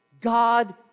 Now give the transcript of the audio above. God